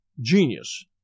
genius